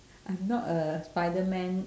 I'm not a spiderman